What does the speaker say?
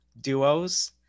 duos